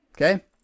Okay